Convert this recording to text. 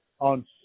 on